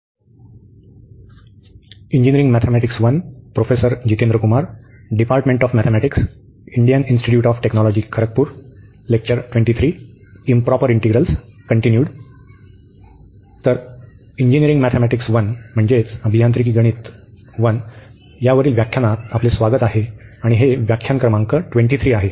तर engineering mathematics म्हणजे अभियांत्रिकी गणित 1 वरील व्याख्यानात आपले स्वागत आहे आणि हे व्याख्यान क्रमांक 23 आहे